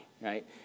right